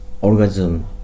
orgasm